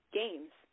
games